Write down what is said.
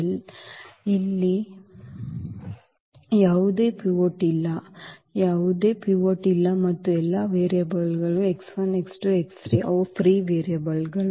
ಇಲ್ಲ ಎಂದು ಇಲ್ಲಿ ಯಾವುದೇ ಪಿವೋಟ್ ಇಲ್ಲ ಇಲ್ಲಿ ಯಾವುದೇ ಪಿವೋಟ್ ಇಲ್ಲ ಮತ್ತು ಎಲ್ಲಾ ವೇರಿಯಬಲ್ಗಳು ಅವು ಫ್ರೀ ವೇರಿಯೇಬಲ್ಗಳು